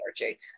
energy